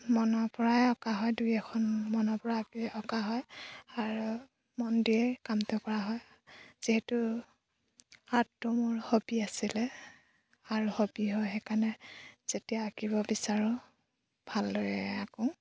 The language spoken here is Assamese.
মনৰ পৰাই অঁকা হয় দুই এখন মনৰ পৰা আঁকি অঁকা হয় আৰু মন দিয়ে কামটো কৰা হয় যিহেতু আৰ্টটো মোৰ হবি আছিলে আৰু হবি হয় সেইকাৰণে যেতিয়া আঁকিব বিচাৰোঁ ভালদৰে আঁকো